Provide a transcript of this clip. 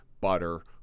butter